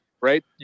right